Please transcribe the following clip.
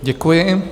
Děkuji.